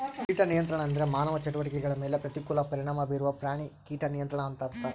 ಕೀಟ ನಿಯಂತ್ರಣ ಅಂದ್ರೆ ಮಾನವ ಚಟುವಟಿಕೆಗಳ ಮೇಲೆ ಪ್ರತಿಕೂಲ ಪರಿಣಾಮ ಬೀರುವ ಪ್ರಾಣಿ ಕೀಟ ನಿಯಂತ್ರಣ ಅಂತರ್ಥ